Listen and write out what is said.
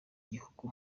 gihugu